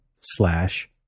slash